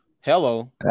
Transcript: Hello